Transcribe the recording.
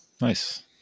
nice